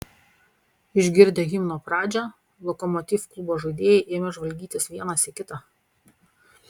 išgirdę himno pradžią lokomotiv klubo žaidėjai ėmė žvalgytis vienas į kitą